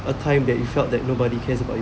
a time that you felt that nobody cares you